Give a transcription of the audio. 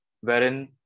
wherein